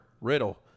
Riddle